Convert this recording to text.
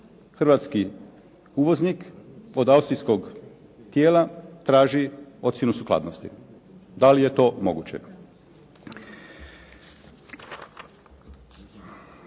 Hrvatski uvoznik od austrijskog tijela traži ocjenu sukladnosti, da li je to moguće.